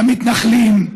למתנחלים,